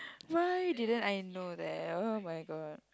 why didn't I know that oh-my-god